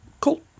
cool